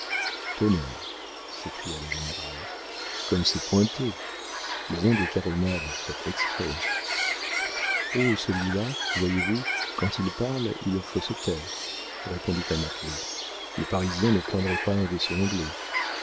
tonnerre s'écria le général comme c'est pointé ils ont des caronades faites exprès oh celui-là voyez-vous quand il parle il faut se taire répondit un matelot le parisien ne craindrait pas un vaisseau anglais